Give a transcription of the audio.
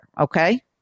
okay